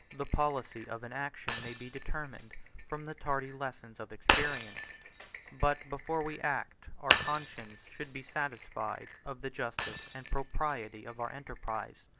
the policy of an action may be determined from the tardy lessons of experience but, before we act, our conscience should be satisfied of the justice and propriety of our enterprise.